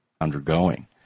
undergoing